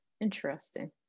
Interesting